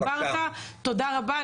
תודה רבה לך.